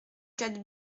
quatre